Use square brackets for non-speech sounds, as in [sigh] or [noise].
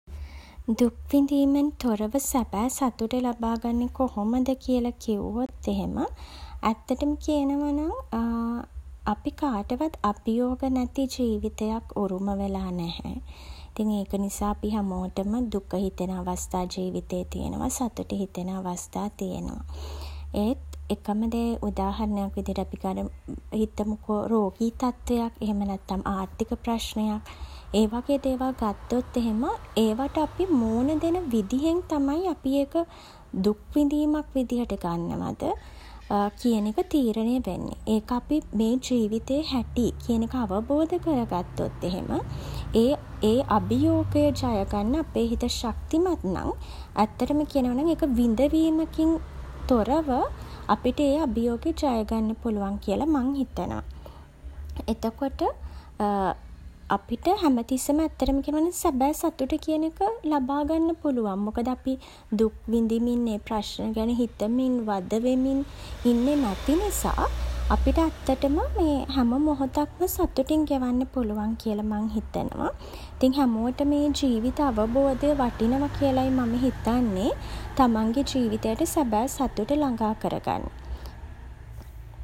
දුක් විදීමෙන් තොරව [hesitation] සැබෑ සතුට ලබා ගන්නේ කොහොමද කියල කිව්වොත් එහෙම [hesitation] ඇත්තටම කියනවා නම් [hesitation] අපි කාටවත් අභියෝග නැති [hesitation] ජීවිතයක් උරුම වෙලා නැහැ. ඉතින් ඒක නිසා අපි හැමෝටම [hesitation] දුක හිතෙන අවස්ථා ජීවිතේ තියෙනවා [hesitation] සතුටු හිතෙන අවස්ථා තියෙනවා. ඒත් එකම දේ [hesitation] උදාහරණයක් විදියට අපි හිතමුකෝ රෝගී තත්වයක්. එහෙම නැත්නම් [hesitation] ආර්ථික ප්‍රශ්නයක්. ඒ වගේ දේවල් ගත්තොත් එහෙම [hesitation] ඒවට අපි මූණ දෙන විදිහෙන් තමයි [hesitation] අපි ඒක [hesitation] දුක් විදීමක් විදිහට ගන්නවද [hesitation] කියන එක තීරණය වෙන්නේ. ඒක අපි මේ ජීවිතේ [hesitation] හැටි [hesitation] කියන එක අවබෝධ කරගත්තොත් එහෙම [hesitation] ඒ ඒ [hesitation] අභියෝගය ජය ගන්න අපේ හිත ශක්තිමත් නම් [hesitation] ඇත්තටම කියනවා නම් [hesitation] ඒක විඳවීමකින් තොරව [hesitation] අපිට ඒ අභියෝගය [hesitation] ජය ගන්න පුළුවන් කියල මං හිතනවා. එතකොට [hesitation] අපිට හැම තිස්සෙම ඇත්තටම කියනවා නම් සැබෑ සතුට කියන එක [hesitation] ලබා ගන්න පුළුවන්. මොකද අපි [hesitation] දුක් විඳිමින් [hesitation] ඒ ප්‍රශ්න ගැන හිතමින් [hesitation] වද වෙමින් [noise] [hesitation] ඉන්නෙ නැති නිසා [hesitation] අපිට ඇත්තටම [hesitation] හැම මොහොතක්ම [hesitation] සතුටින් ගෙවන්න පුළුවන් කියලා මම හිතනවා. ඉතින් හැමෝටම [hesitation] ඒ ජීවිත අවබෝධය [noise] වටිනවා කියලයි මං හිතන්නේ [hesitation] තමන්ගෙ ජීවිතයට සැබෑ සතුට ළඟා කර ගන්න.